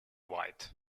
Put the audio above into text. white